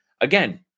again